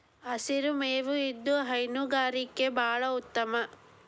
ಹಸಿರು ಮೇವು ಇದು ಹೈನುಗಾರಿಕೆ ಬಾಳ ಉತ್ತಮ